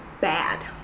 bad